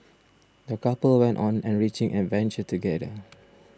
the couple went on enriching adventure together